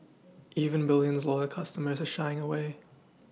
even bulLion's loyal customers are shying away